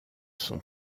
son